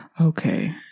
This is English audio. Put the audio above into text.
Okay